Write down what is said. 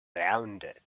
rounded